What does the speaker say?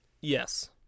Yes